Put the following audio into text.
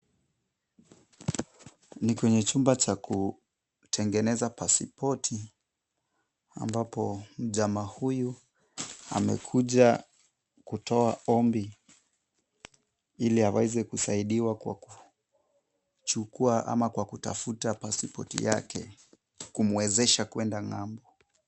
Ni kwenye chumba cha kutengeneza pasipoti ambapo mjamaa huyu amekuja kutoa ombi ili aweze kusaidiwa kuchukua au kwa kutafuta pasipoti yake ile kumwezesha kuenda ng'ambo.